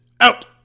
out